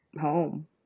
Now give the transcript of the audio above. home